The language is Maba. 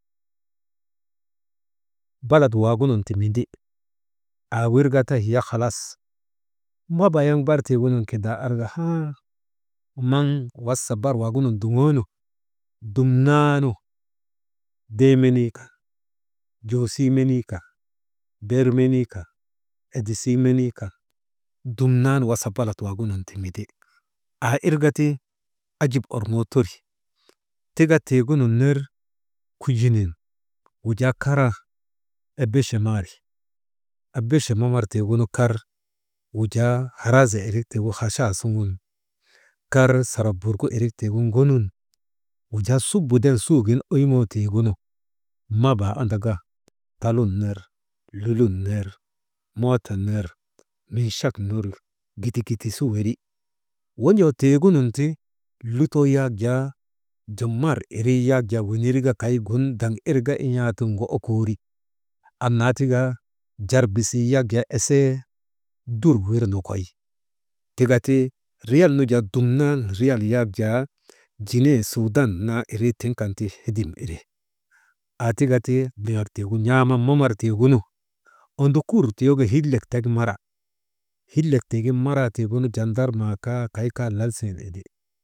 Balat waagunun ti mindi aawir ka ti hiya halas mabaa yaŋ bar tiigunun kindaa arka haa, maŋ wasa bar waagunun duŋoonu dumnaanu dee menii, joosii menii kan, ber menii kan edisii menii kan dumnan wasa balat waagununti mindi, aa irka ti ajib orŋoo teri, tika tiigunun ner wujaa kujinin kara ebeche maari, ebeche mamartigunu wujaa kar wujaa haraaza irik tiigu hacha suŋun kar sarap burku irik tiigin ŋonun wujaa subu de suugin oyŋoo tiigunu mabaa andaka, talun ner, lulun ner, moto ner, minchak ner gidi, gidi su weri wojoo tiigunun ti, lutoo yak jaa chumar irii weneri ka kay gun daŋ irka in̰aa tiŋgu okoori, anna tika jarbisii yak jaa esee dur ir nokoy, tika ti riyal nu jaa dumnan riyal yak jaa jine suudan naa irii kan ti hedim ire aa tika ti liŋak tiigu n̰aaman mamartiigunu ondokur tiyoka hillek tek mara, hillek tiigin maraa tiigunu jardarmaa kaa kay kaa lal siŋen indi.